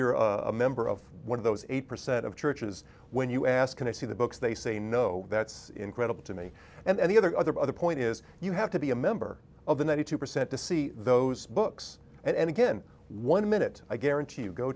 you're a member of one of those eight percent of churches when you ask can i see the books they say no that's incredible to me and the other other other point is you have to be a member of the ninety two percent to see those books and again one minute i guarantee you go